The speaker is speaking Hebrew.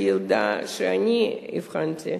של ילדה שאני אבחנתי,